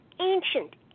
ancient